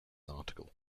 article